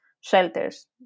shelters